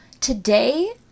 Today